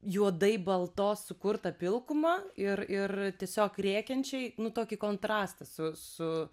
juodai baltos sukurtą pilkumą ir ir tiesiog rėkiančiai nu tokį kontrastą su su